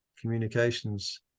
communications